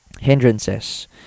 hindrances